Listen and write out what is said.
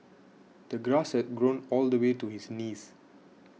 the grass had grown all the way to his knees